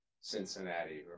Cincinnati